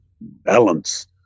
balance